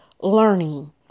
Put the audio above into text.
learning